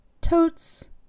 totes